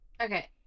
Okay